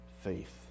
faith